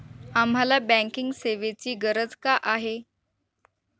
आम्हाला बँकिंग सेवेची गरज का आहे?